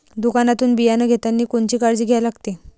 दुकानातून बियानं घेतानी कोनची काळजी घ्या लागते?